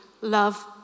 love